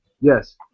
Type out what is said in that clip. Yes